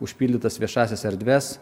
užpildytas viešąsias erdves